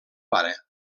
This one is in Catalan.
pare